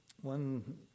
one